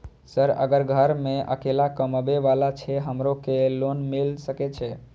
Sir अगर घर में अकेला कमबे वाला छे हमरो के लोन मिल सके छे?